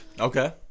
Okay